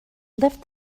lift